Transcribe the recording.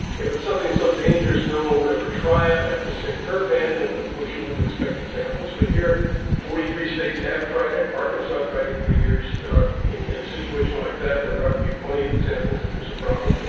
if it's something so dangerous no one would ever try it like the sickerpan, then of course you wouldn't expect examples. but here forty three states have tried it, arkansas tried it for years throughout in a situation like that, where there ought to be plenty of examples if there's a problem,